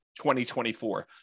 2024